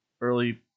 Early